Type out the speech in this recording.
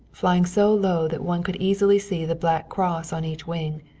flying so low that one could easily see the black cross on each wing,